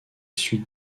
suite